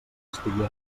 estigué